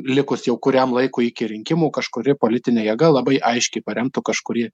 likus jau kuriam laikui iki rinkimų kažkuri politinė jėga labai aiškiai paremtų kažkurį